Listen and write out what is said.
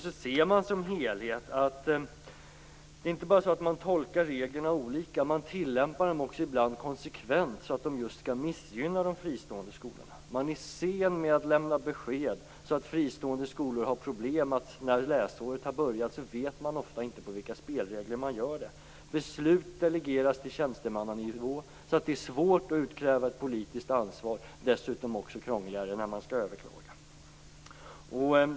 Reglerna tolkas inte bara olika, utan reglerna tillämpas också konsekvent så att de just skall missgynna de fristående skolorna. Man är sen med att lämna besked så att fristående skolor har problem vid läsårets början och ofta inte vet vilka spelregler som gäller. Beslut delegeras till tjänstemannanivå, så att det är svårt att utkräva ett politiskt ansvar. Det är dessutom krångligare när de skall överklaga.